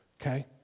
okay